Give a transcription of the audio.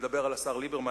לדבר על השר ליברמן.